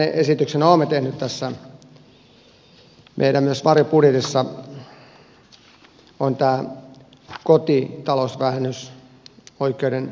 kolmantena konkreettisena esityksenä olemme tehneet tässä meidän varjobudjetissamme kotitalousvähennysoikeuden korotuksen